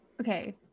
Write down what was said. okay